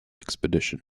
expedition